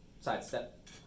sidestep